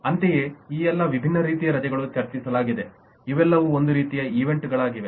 ಅಂತೆಯೇ ಈ ಎಲ್ಲಾ ವಿಭಿನ್ನ ರೀತಿಯ ರಜೆಗಳು ಚರ್ಚಿಸಲಾಗಿದೆ ಇವೆಲ್ಲವೂ ಒಂದು ರೀತಿಯ ಈವೆಂಟ್ಗಳಾಗಿವೆ